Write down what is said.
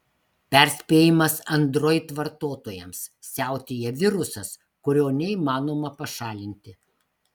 perspėjimas android vartotojams siautėja virusas kurio neįmanoma pašalinti